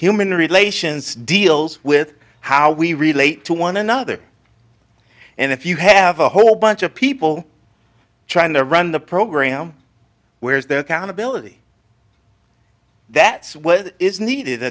human relations deals with how we relate to one another and if you have a whole bunch of people trying to run the program where's their countability that's what is needed